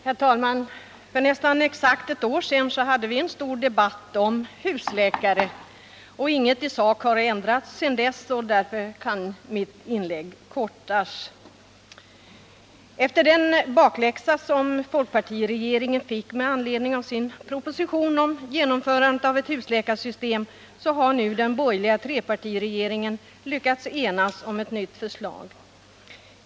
Herr talman! För nästan exakt ett år sedan hade vi en stor debatt om husläkare. Inget i sak har ändrats sedan dess, och därför kan mitt inlägg kortas av. Efter den bakläxa som folkpartiregeringen fick med anledning av sin proposition om genomförande av ett husläkarsystem, har den borgerliga trepartiregeringen nu lyckats ena sig om ett nytt förslag.